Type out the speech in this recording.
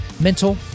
mental